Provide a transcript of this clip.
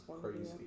crazy